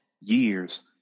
years